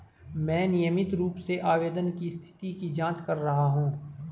मैं नियमित रूप से आवेदन की स्थिति की जाँच कर रहा हूँ